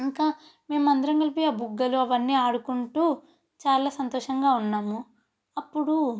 ఇంకా మేము అందరం కలిపి ఆ బుగ్గలు అవన్నీ ఆడుకుంటూ చాలా సంతోషంగా ఉన్నాము అప్పుడు